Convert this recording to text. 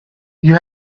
you